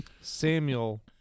Samuel